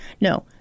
No